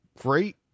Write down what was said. great